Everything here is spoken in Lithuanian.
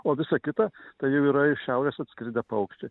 o visa kita tai jau yra iš šiaurės atskridę paukščiai